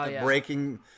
breaking